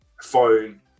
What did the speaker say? phone